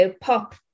pop